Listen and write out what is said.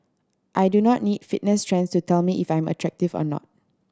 I do not need fitness trends to tell me if I am attractive or not